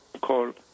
called